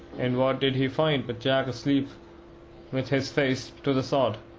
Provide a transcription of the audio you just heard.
and what did he find but jack asleep with his face to the sod,